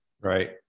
right